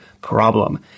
problem